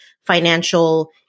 financial